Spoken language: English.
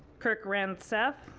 kirk ransetta.